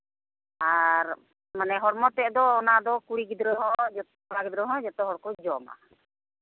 ᱟᱨ ᱢᱟᱱᱮ ᱦᱚᱲᱢᱚ ᱛᱮᱫ ᱫᱚ ᱚᱱᱟᱫᱚ ᱠᱩᱲᱤ ᱜᱤᱫᱽᱨᱟᱹ ᱦᱚᱸ ᱡᱚᱛᱚ ᱠᱚᱲᱟ ᱜᱤᱫᱽᱨᱟᱹ ᱦᱚᱸ ᱡᱚᱛᱚ ᱦᱚᱲᱠᱚ ᱡᱚᱢᱟ